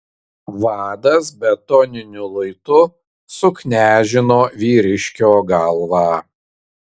vadas betoniniu luitu suknežino vyriškio galvą